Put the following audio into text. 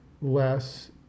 less